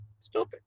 stupid